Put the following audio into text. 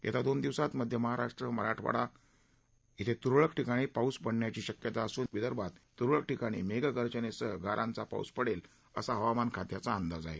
येत्या दोन दिवसात मध्य महाराष्ट्र मराठवाडा तुरळक ठिकाणी पाऊस पडण्याची शक्यता असून विदर्भात तुरळक ठिकाणी मेघगर्जनेसह गारांचा पाऊस पडेल असा हवामानखात्याचा अंदाज आहे